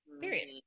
Period